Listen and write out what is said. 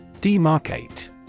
Demarcate